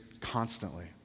constantly